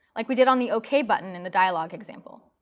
like we did on the ok button in the dialog example.